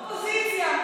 או אופוזיציה.